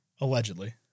Allegedly